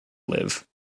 live